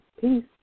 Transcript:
Peace